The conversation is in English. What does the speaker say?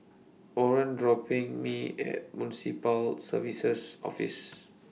Orren dropping Me At Municipal Services Office